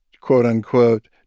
quote-unquote